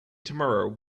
tomorrow